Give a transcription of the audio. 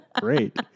great